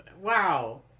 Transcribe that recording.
Wow